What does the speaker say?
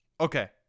Okay